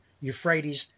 Euphrates